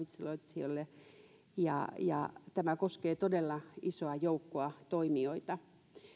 yrittäjille ravintoloitsijoille ja ja tämä koskee todella isoa joukkoa toimijoita